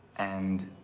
and,